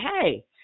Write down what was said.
hey